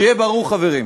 שיהיה ברור, חברים: